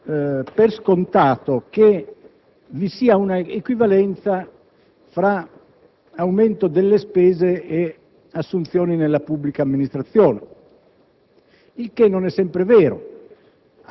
Si è anche dato per scontato che vi sia una equivalenza tra aumento delle spese e assunzioni nella pubblica amministrazione.